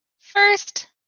first